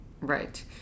right